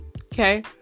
Okay